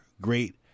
great